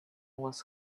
was